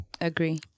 Agree